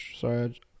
Sorry